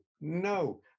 no